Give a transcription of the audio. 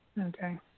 Okay